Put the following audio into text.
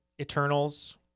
Eternals